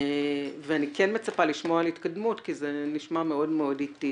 ואני כן מצפה לשמוע על התקדמות כי זה נשמע מאוד איטי